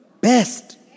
Best